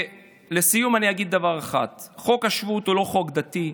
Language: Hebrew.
לסיום אגיד דבר אחד: חוק השבות הוא לא חוק דתי.